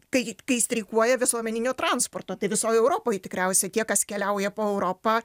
kai kai streikuoja visuomeninio transporto tai visoj europoj tikriausiai tie kas keliauja po europą